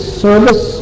service